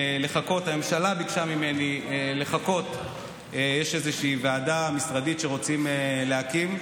הממשלה ביקשה ממני לחכות כי יש איזושהי ועדה משרדית שרוצים להקים.